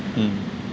mm